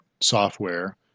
software